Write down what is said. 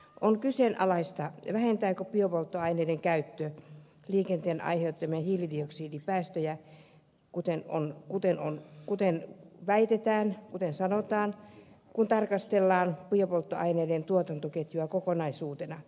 on kyseenalaista vähentääkö biopolttoaineiden käyttö liikenteen aiheuttamia hiilidioksidipäästöjä kuten väitetään kuten sanotaan kun tarkastellaan biopolttoaineiden tuotantoketjua kokonaisuutena